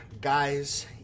Guys